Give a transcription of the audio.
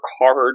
hard